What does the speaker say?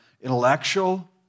intellectual